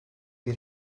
bir